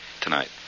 tonight